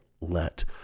let